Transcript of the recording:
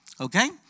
Okay